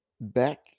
back